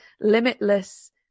limitless